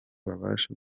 babashe